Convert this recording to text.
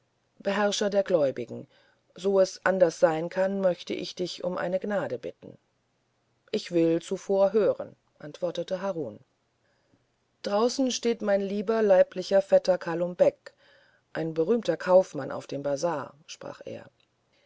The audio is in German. beherrscher der gläubigen so es anders sein kann möchte ich dich um eine gnade bitten ich will zuvor hören antwortete harun draußen steht mein lieber leiblicher vetter kalum beck ein berühmter kaufmann auf dem bazar sprach er